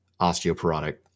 osteoporotic